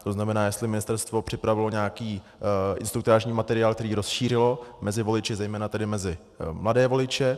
To znamená, jestli ministerstvo připravilo nějaký instruktážní materiál, který rozšířilo mezi voliče, zejména tedy mezi mladé voliče.